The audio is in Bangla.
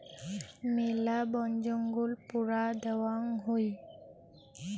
মেলা বনজঙ্গল পোড়া দ্যাওয়াং হই